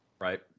Right